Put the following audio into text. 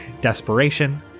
desperation